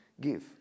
give